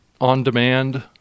on-demand